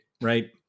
right